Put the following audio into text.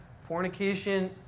fornication